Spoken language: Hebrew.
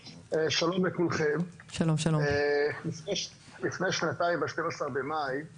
זכיתי בבית משפט אחרי הוצאה של כמעט חצי מיליון שקלים,